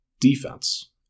defense